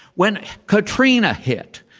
when katrina hit,